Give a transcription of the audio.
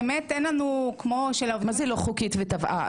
מה זה לא חוקית ותבעה?